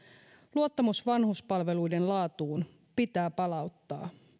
luottamus vanhuspalveluiden laatuun pitää palauttaa